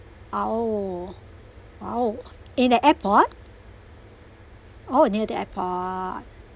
!aww! !wow! in the airport oh near the airport